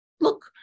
look